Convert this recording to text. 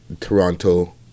toronto